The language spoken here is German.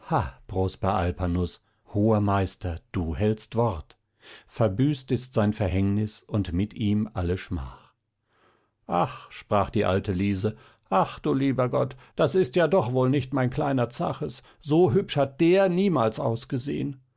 prosper alpanus hoher meister du hältst wort verbüßt ist sein verhängnis und mit ihm alle schmach ach sprach die alte liese ach du lieber gott das ist ja doch wohl nicht mein kleiner zaches so hübsch hat der niemals ausgesehen